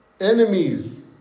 Enemies